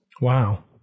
Wow